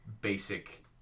basic